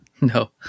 No